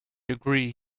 agree